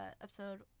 episode